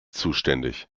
zuständig